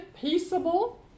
peaceable